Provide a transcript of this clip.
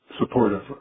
supportive